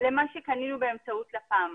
למה שקנינו באמצעות לפ"מ.